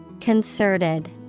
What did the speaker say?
Concerted